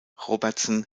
robertson